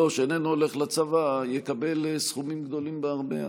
שאינו הולך לצבא יקבל סכומים גדולים בהרבה.